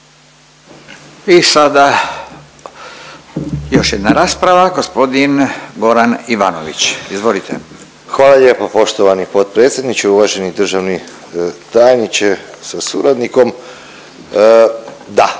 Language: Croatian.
I sada još jedna rasprava, g. Goran Ivanović, izvolite. **Ivanović, Goran (HDZ)** Hvala lijepo poštovani potpredsjedniče, uvaženi državni tajniče sa suradnikom. Da,